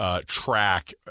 track